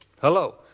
Hello